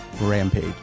Rampage